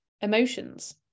emotions